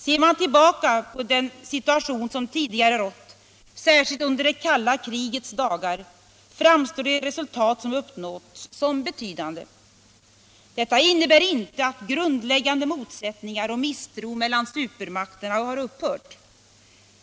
Ser man tillbaka på den situation som tidigare rått, särskilt under det kalla krigets dagar, framstår de resultat som uppnåtts som betydande. Detta innebär inte att grundläggande motsättningar och misstro mellan supermakterna har upphört.